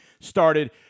started